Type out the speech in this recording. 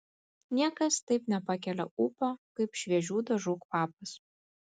niekas taip nepakelia ūpo kaip šviežių dažų kvapas